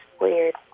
weird